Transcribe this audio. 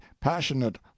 passionate